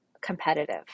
competitive